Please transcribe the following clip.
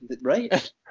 right